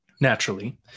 naturally